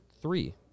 three